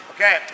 Okay